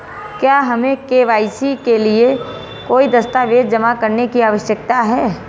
क्या हमें के.वाई.सी के लिए कोई दस्तावेज़ जमा करने की आवश्यकता है?